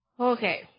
Okay